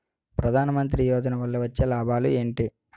ప్రధాన మంత్రి యోజన వల్ల వచ్చే లాభాలు ఎంటి?